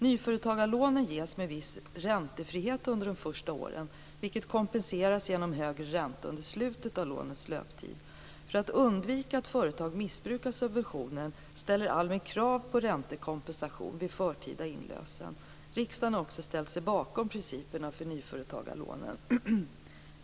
Nyföretagarlånen ges med viss räntefrihet under de första åren, vilket kompenseras genom högre ränta under slutet av lånets löptid. För att undvika att företag missbrukar subventionen ställer ALMI krav på räntekompensation vid förtida inlösen. Riksdagen har också ställt sig bakom principerna för nyföretagarlånen.